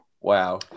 Wow